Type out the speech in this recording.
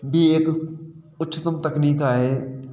बि हिकु उच्चतम तकनीक आहे